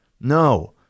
No